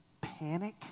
panic